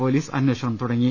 police അന്വേഷണം തുടങ്ങി